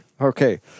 Okay